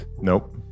Nope